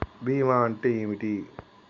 బీమా అంటే ఏమిటి?